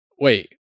Wait